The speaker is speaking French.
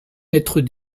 mètres